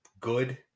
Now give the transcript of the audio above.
good